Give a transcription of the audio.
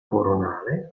coronale